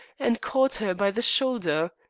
and caught her by the shoulder.